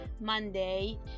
Monday